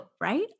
right